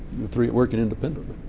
the three working independently.